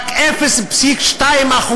רק 0.2%